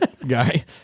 guy